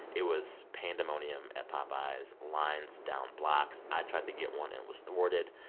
it was pandemonium at popeyes, lines down blocks. i tried to get one and was thwarted.